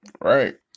Right